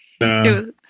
No